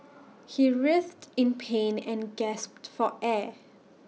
he writhed in pain and gasped for air